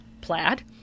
plaid